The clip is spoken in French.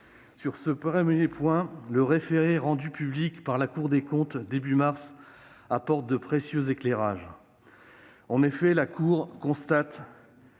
Sur ce premier point, le référé rendu public par la Cour des comptes début mars apporte de précieux éclairages. Si la Cour constate